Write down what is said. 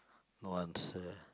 no answer